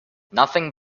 nothing